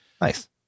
nice